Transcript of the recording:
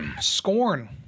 Scorn